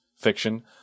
fiction